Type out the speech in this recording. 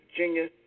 Virginia